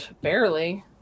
Barely